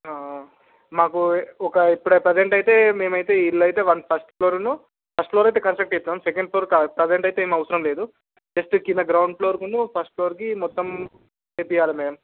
మాకు ఒక ఇప్పుడు ఒక ప్రెజంట్ అయితే మేమయితే ఇల్లు అయితే వన్ ఫస్ట్ ఫ్లోరును ఫస్ట్ ఫ్లోరు అయితే కన్స్ట్రక్ట్ చేసాం సెకండ్ ఫ్లోర్ కాదు ప్రేజంటయితే ఏం అవసరం లేదు జస్ట్ కింద గ్రౌండ్ ఫ్లోరుకి ఫస్ట్ ఫ్లోర్కి మొత్తం వెయ్యించాలి మామ్